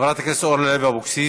חברת הכנסת אורלי לוי אבקסיס,